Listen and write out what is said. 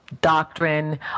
doctrine